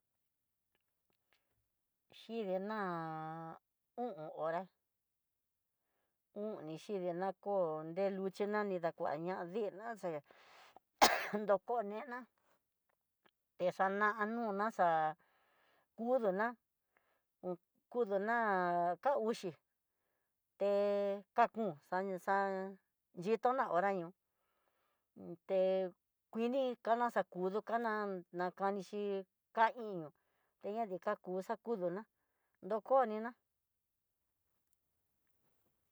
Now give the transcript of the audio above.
Xhidina o'on hora oni xhinina ko nreluxhina ni dakuña diina, sé ¡ejem! Dokonina dexana nona xa muduna kuduna ha ka uxi te ka kom xa xa xhitona horá ñoo té kuini kana xakudu kana, naka kanixhi ka iño tena de kaku xakuduna dokoniná.